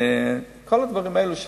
כל הדברים האלה של